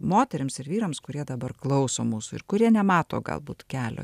moterims ir vyrams kurie dabar klauso mūsų ir kurie nemato galbūt kelio